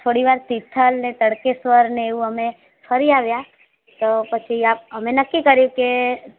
થોડીવાર તિથલ ને તડકેશ્વર ને એવું અમે ફરી આવ્યા તો પછી આમ અમે નક્કી કર્યું કે